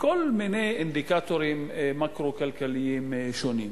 וכל מיני אינדיקטורים מקרו-כלכליים שונים.